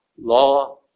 law